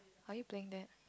are you playing then